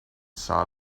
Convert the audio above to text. saw